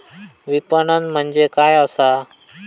विपणन म्हणजे काय असा?